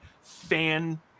fan